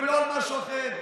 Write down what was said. ולא על משהו אחר.